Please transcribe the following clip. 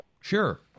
Sure